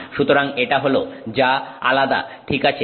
সুতরাং এটা হল যা আলাদা ঠিক আছে